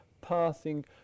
passing